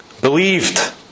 believed